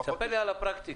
ספר לי על הפרקטיקה.